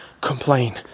complain